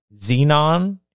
Xenon